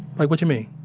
like, what you mean?